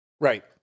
Right